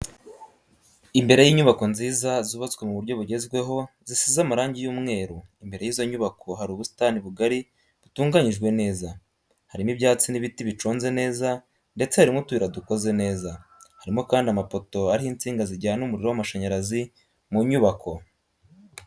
Imbere y'inyubako nziza zubatswe mu buryo bugezweho zisize amarangi y'umweru imbere y'izo nyubako hari ubusitani bugari butunganyijwe neza, harimo ibyatsi n'ibiti biconze neza ndetse harimo utuyira dukoze neza, harimokandi amapoto ariho insinga zijyana umuriro w'amashanyarazi mu nyubako.